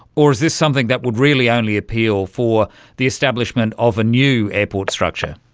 or is this something that would really only appeal for the establishment of a new airport structure?